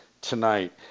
tonight